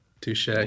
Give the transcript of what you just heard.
Touche